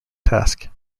task